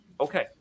Okay